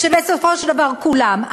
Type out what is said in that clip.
שבסופו של דבר כולם,